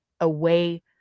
away